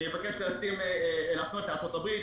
אני מבקש להפנות לארצות הברית,